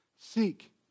Seek